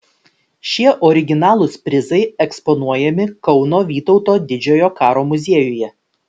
šie originalūs prizai eksponuojami kauno vytauto didžiojo karo muziejuje